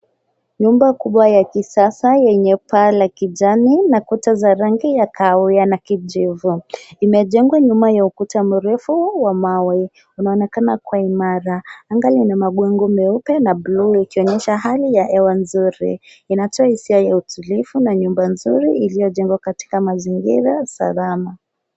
Nyumba kubwa ya kisasa lenye paa la kijani na kuta za rangi ya kahawia na kijivu. Imejengwa nyuma ya ukuta mrefu ya mawe. Unaonekana kuwa imara. Anga lina mawingu meupe na bluu ikionyesha hali ya hewa nzuri. Inatoa hisia ya utulivu na nyumba `nzuri iliyojengwa katika mazingira salama.